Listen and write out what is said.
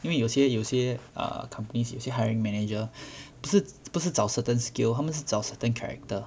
因为有些有些 err companies 有些 hiring manager 不是不是找 certain skills 他们是找 certain character